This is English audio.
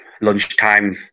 lunchtime